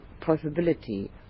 possibility